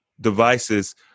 devices